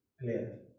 Clear